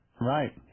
Right